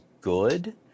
good